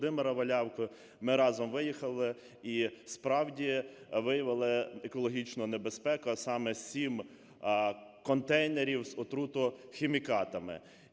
Володимира Валявки. Ми разом виїхали і справді виявили екологічну небезпеку, а саме сім контейнерів з отрутохімікатами.